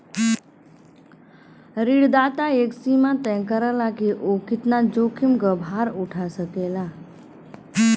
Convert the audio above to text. ऋणदाता एक सीमा तय करला कि उ कितना जोखिम क भार उठा सकेला